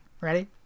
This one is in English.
Ready